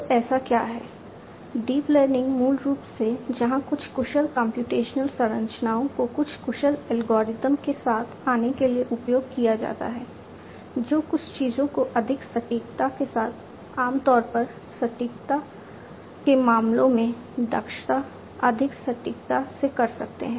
तो ऐसा क्या है डीप लर्निंग मूल रूप से जहां कुछ कुशल कम्प्यूटेशनल संरचनाओं को कुछ कुशल एल्गोरिदम के साथ आने के लिए उपयोग किया जाता है जो कुछ चीजों को अधिक सटीकता के साथ आमतौर पर सटीकता के मामले में दक्षता अधिक सटीकता से कर सकते हैं